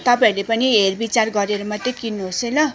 तपाईँहरूले पनि हेर बिचार गरेर मात्रै किन्नुहोस् है ल